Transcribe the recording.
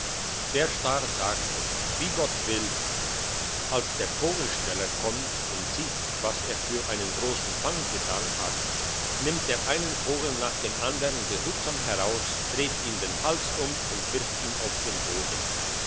der star sagte wie gott will als der vogelsteller kommt und sieht was er für einen grossen fang getan hat nimmt er einen vogel nach dem andern behutsam heraus dreht ihm den hals um und wirft ihn auf den